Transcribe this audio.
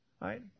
right